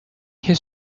his